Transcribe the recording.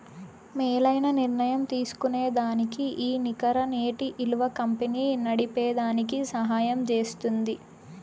మేలైన నిర్ణయం తీస్కోనేదానికి ఈ నికర నేటి ఇలువ కంపెనీ నడిపేదానికి సహయం జేస్తుంది